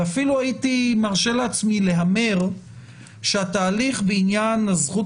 ואפילו הייתי מרשה לעצמי להמר שהתהליך בעניין הזכות